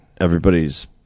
everybody's